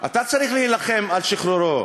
אתה צריך להילחם על שחרורו,